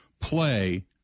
play